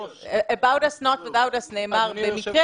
About us not without us נאמר במקרה